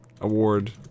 award